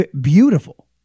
beautiful